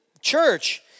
church